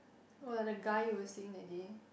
what other guy you were seeing that day